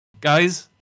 Guys